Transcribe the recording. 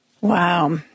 Wow